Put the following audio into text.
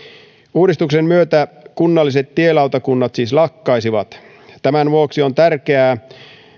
uudistuksen myötä kunnalliset tielautakunnat siis lakkaisivat tämän vuoksi on tärkeää